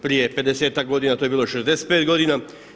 Prije 50 ak godina to je bilo 65 godina.